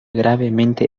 gravemente